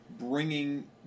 bringing